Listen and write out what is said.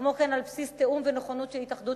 וכמו כן על בסיס תיאום ונכונות של התאחדות